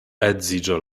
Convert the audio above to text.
edziĝo